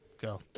Go